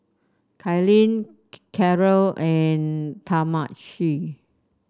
Kailyn Cara and Talmage